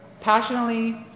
passionately